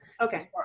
okay